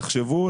תחשבו,